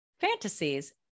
fantasies